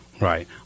right